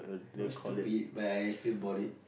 it was stupid but I still bought it